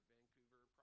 Vancouver